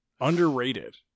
underrated